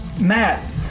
Matt